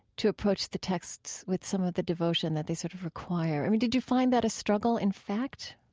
to approach the texts with some of the devotion that they sort of require. i mean, did you find that a struggle in fact?